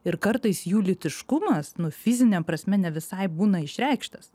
ir kartais jų lytiškumas nu fizine prasme ne visai būna išreikštas